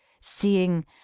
seeing